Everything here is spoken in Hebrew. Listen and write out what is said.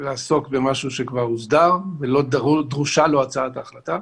לעסוק במה שכבר הוסדר ולא דרושה לו הצעת החלטה.